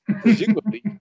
presumably